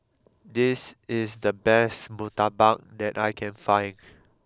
this is the best Murtabak that I can find